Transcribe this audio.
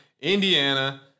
Indiana